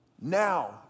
Now